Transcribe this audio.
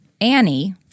Annie